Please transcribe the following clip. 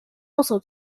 also